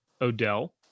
Odell